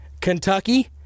Kentucky